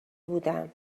بودم